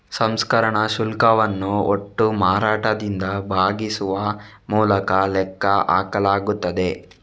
ಸಂಸ್ಕರಣಾ ಶುಲ್ಕವನ್ನು ಒಟ್ಟು ಮಾರಾಟದಿಂದ ಭಾಗಿಸುವ ಮೂಲಕ ಲೆಕ್ಕ ಹಾಕಲಾಗುತ್ತದೆ